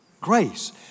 Grace